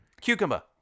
Cucumber